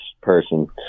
person